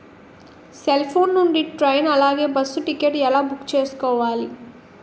Cell phone నుండి train అలాగే bus ticket ఎలా బుక్ చేసుకోవాలి?